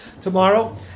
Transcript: tomorrow